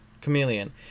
Chameleon